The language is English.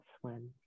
swim